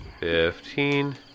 Fifteen